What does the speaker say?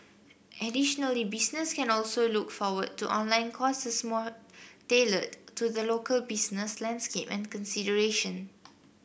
additionally businesses can also look forward to online courses more tailored to the local business landscape and consideration